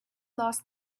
lost